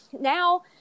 Now